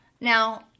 now